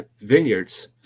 vineyards